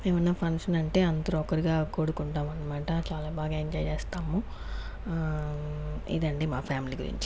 ఏవన్నా ఫంక్షన్ అంటే అందరూ ఒకరిగా కూడుకుంటాము అనమాట చాలా బాగా ఎంజాయ్ చేస్తాము ఇదండి మా ఫ్యామిలీ గురించి